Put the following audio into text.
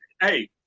hey